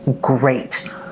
great